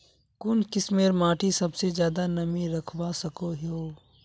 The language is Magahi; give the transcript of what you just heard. कुन किस्मेर माटी सबसे ज्यादा नमी रखवा सको हो?